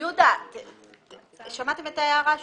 יהודה, שמעתם את ההערה שלו?